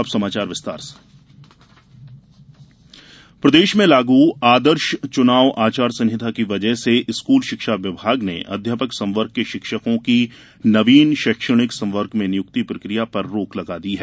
अब समाचार विस्तार से अध्यापक आदेश प्रदेश में लागू आदर्श चुनाव आचार संहिता की वजह से स्कूल शिक्षा विभाग ने अध्यापक संवर्ग के शिक्षकों की नवीन शैक्षणिक संवर्ग में नियुक्ति प्रक्रिया पर रोक लगा दी है